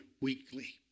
weekly